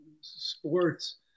sports